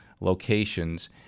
locations